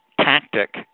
tactic